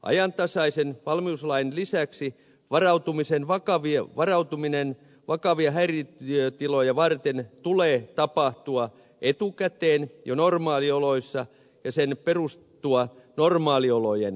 ajantasaisen valmiuslain lisäksi varautumisen vakavia häiriötiloja varten tulee tapahtua etukäteen jo normaalioloissa ja perustua normaali olojen lainsäädäntöön